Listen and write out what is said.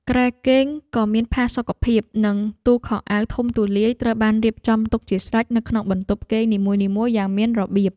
គ្រែគេងដ៏មានផាសុកភាពនិងទូខោអាវធំទូលាយត្រូវបានរៀបចំទុកជាស្រេចនៅក្នុងបន្ទប់គេងនីមួយៗយ៉ាងមានរបៀប។